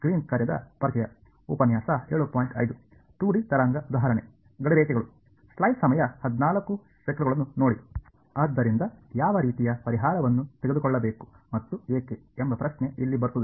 ಆದ್ದರಿಂದ ಯಾವ ರೀತಿಯ ಪರಿಹಾರವನ್ನು ತೆಗೆದುಕೊಳ್ಳಬೇಕು ಮತ್ತು ಏಕೆ ಎಂಬ ಪ್ರಶ್ನೆ ಇಲ್ಲಿ ಬರುತ್ತದೆ